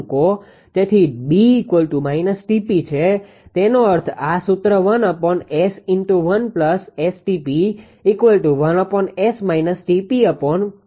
તેથી 𝐵−𝑇𝑝 છે તેનો અર્થ આ સૂત્ર છે